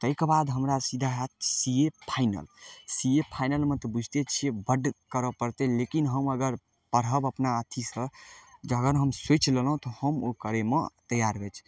तैके बाद हमरा सीधा हैत C A final C A फाइनलमे तऽ बुझिते छियै बड्ड करऽ पड़तै लेकिन हम अगर पढ़ब अपना अथीसँ अगर हम सोचि लेलहुँ तऽ हम ओ करैमे तैयार